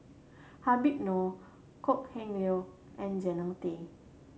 Habib Noh Kok Heng Leun and Jannie Tay